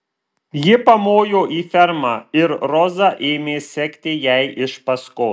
ji pamojo į fermą ir roza ėmė sekti jai iš paskos